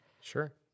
Sure